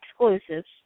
exclusives